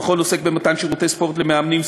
המכון עוסק במתן שירותי ספורט למאמנים,